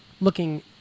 looking